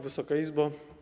Wysoka Izbo!